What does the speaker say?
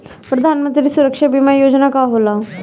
प्रधानमंत्री सुरक्षा बीमा योजना का होला?